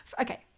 Okay